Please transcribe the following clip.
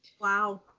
wow